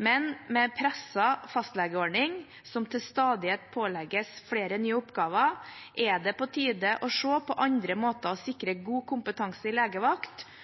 Men med en presset fastlegeordning som til stadighet pålegges flere nye oppgaver, er det på tide å se på andre måter for å